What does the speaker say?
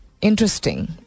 Interesting